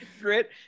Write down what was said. Grit